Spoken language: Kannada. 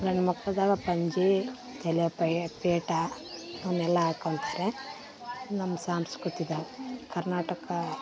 ಗಂಡು ಮಕ್ಳುದಾಗ ಪಂಚೆ ತಲೆಯ ಪಯ ಪೇಟ ಅವ್ನೆಲ್ಲಾ ಹಾಕೋಳ್ತಾರೆ ನಮ್ಮ ಸಾಂಸ್ಕೃತಿಕ ಕರ್ನಾಟಕ